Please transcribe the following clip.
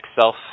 self